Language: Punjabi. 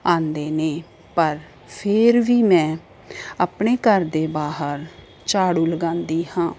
ਆਉਂਦੇ ਨੇ ਪਰ ਫਿਰ ਵੀ ਮੈਂ ਆਪਣੇ ਘਰ ਦੇ ਬਾਹਰ ਝਾੜੂ ਲਗਾਉਂਦੀ ਹਾਂ